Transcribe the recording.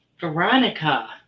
Veronica